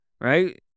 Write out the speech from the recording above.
Right